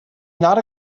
not